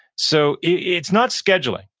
so it's not scheduling,